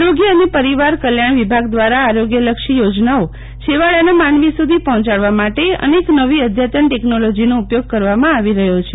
આરોગ્ય અને પરિવાર કલ્યાણ વિભાગ દ્વારા આરોગ્ય લક્ષી યોજનાઓ છેવાડાના માનવી સુધી પહોંચાડવા માટે અનેક નવી અધ્યતન ટેકનોલોજીનો ઉપયોગ કરવામાં આવી રહયો છે